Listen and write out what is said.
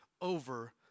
over